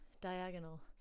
diagonal